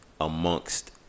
Amongst